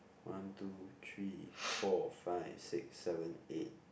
one two three four five six seven eight